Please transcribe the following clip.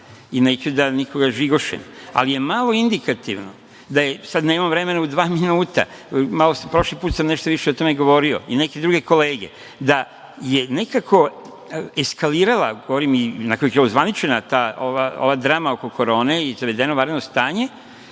i neću da nikoga žigošem, ali je malo indikativno da, sad nemam vremena u dva minuta, prošli put sam nešto više o tome govorio, i neke druge kolege, da je nekako eskalirala, govorim i dakle ozvaničena, ova drama oko Korone, i zavedeno vanredno stanje,